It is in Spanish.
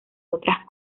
otras